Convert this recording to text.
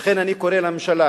ולכן אני קורא לממשלה,